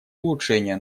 улучшения